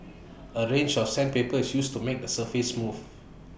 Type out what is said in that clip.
A range of sandpaper is used to make the surface smooth